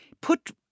put